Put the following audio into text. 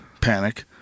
Panic